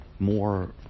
more